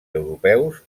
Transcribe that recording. europeus